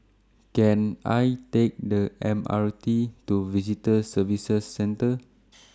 Can I Take The M R T to Visitor Services Centre